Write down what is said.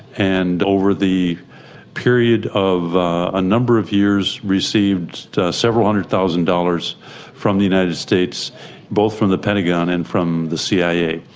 and over the period of a number of years, received several hundred thousand dollars from the united states both from the pentagon and from the cia.